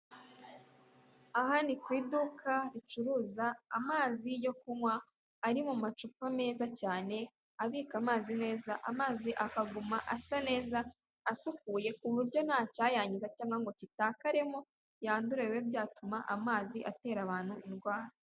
Aha ni kwiduka ricuruza amazi yo kunywa ari mu macupa meza cyane abika amazi neza, amazi akaguma asa neza asukuye ku buryo ntacyayangiza cyangwa ngo gitakaremo yandure bibe byatuma amazi atera abantu indwara.